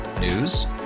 News